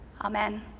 Amen